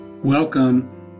Welcome